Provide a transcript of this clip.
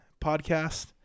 podcast